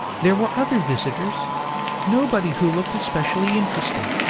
there were other visitors nobody who looked especially interesting.